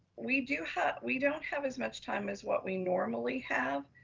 we do have, we don't have as much time as what we normally have.